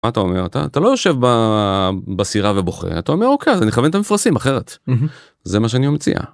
אתה אומר אתה לא יושב בסירה ובוכה אתה אומר אוקיי אני אכוון את המפרשים אחרת, זה מה שאני מציע.